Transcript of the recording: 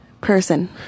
person